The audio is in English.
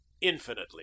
infinitely